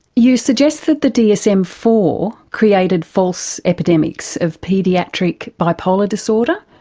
you suggest that the dsm four created false epidemics of paediatric bipolar disorder,